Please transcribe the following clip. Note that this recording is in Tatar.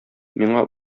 миңа